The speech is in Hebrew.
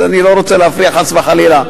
אני לא רוצה להפריע, חס וחלילה.